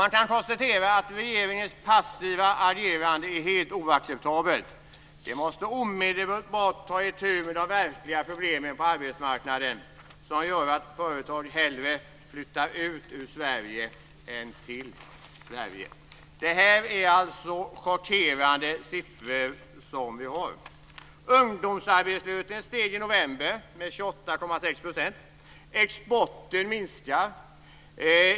Man kan konstatera att regeringens passiva agerande är helt oacceptabelt. Den måste omedelbart ta itu med de verkliga problemen på arbetsmarknaden, de som gör att företag hellre flyttar ut ur Sverige än till Sverige. Det är chockerande siffror vi har. Ungdomsarbetslösheten steg i november med 28,6 %. Exporten minskar.